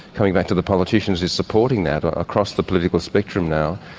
coming back to the politicians, is supporting that across the political spectrum now,